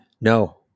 No